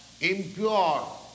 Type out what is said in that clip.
impure